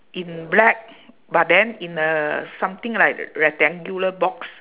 in black but then in a something like rectangular box